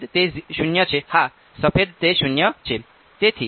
સફેદ તે 0 છે હા સફેદ તે 0 છે